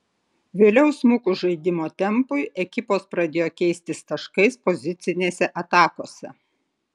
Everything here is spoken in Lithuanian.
vėliau smukus žaidimo tempui ekipos pradėjo keistis taškais pozicinėse atakose